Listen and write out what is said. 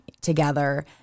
together